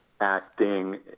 acting